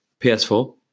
PS4